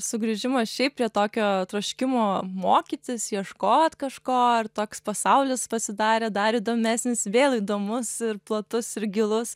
sugrįžimas šiaip prie tokio troškimo mokytis ieškot kažko ar toks pasaulis pasidarė dar įdomesnis vėl įdomus ir platus ir gilus